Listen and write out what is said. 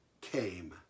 came